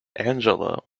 angela